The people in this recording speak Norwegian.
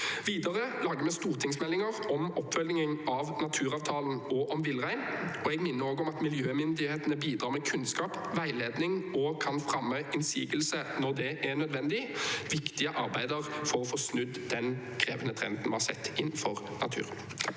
Videre lager vi stortingsmeldinger om oppfølgingen av naturavtalen og om villrein, og jeg minner også om at miljømyndighetene bidrar med kunnskap og veiledning og kan fremme innsigelse når det er nødvendig. Det er viktige arbeider for å få snudd den krevende trenden vi har sett innenfor natur.